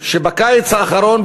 שבקיץ האחרון,